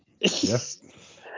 Yes